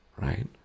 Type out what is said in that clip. right